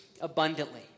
abundantly